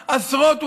עשרות,